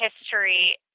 history